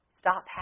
Stop